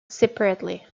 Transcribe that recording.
separately